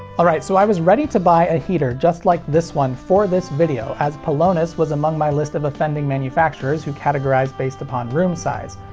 alright, so i was ready to buy a heater just like this one for this video, as pelonis was among my list of offending manufacturers who categorize based upon room size.